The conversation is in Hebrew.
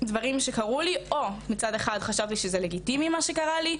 דברים שקרו לי או מצד אחד חשבתי שזה לגיטימי מה שקרה לי,